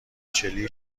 چلی